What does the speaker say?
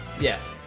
Yes